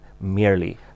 merely